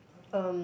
um